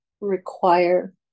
require